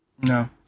No